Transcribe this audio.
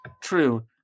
True